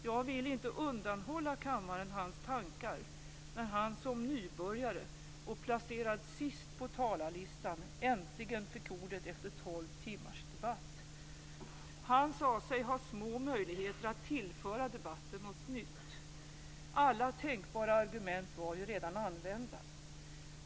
Jag vill inte undanhålla kammaren hans tankar när han som nybörjare och placerad sist på talarlistan äntligen fick ordet efter tolv timmars debatt. Han sade sig ha små möjligheter att tillföra debatten något nytt. Alla tänkbara argument var ju redan använda.